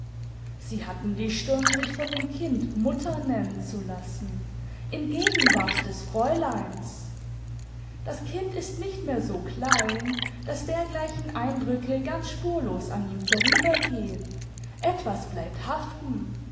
sie hatten die stirn sich von dem kind mutter nennen zu lassen in gegenwart des fräuleins i das kind ist nicht mehr so klein daß dergleichen eindrücke ganz spurlos an ihm vorübergehen etwas bleibt haften